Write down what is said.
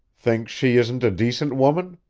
think she isn't a decent woman?